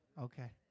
Okay